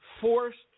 forced